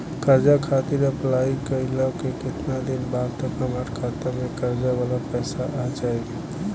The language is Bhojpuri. कर्जा खातिर अप्लाई कईला के केतना दिन बाद तक हमरा खाता मे कर्जा वाला पैसा आ जायी?